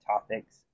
topics